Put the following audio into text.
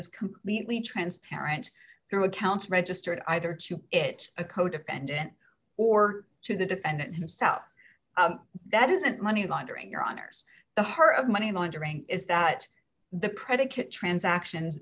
is completely transparent through accounts registered either to it a codefendant or to the defendant himself that isn't money laundering your honour's the heart of money laundering is that the predicate transactions